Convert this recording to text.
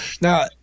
Now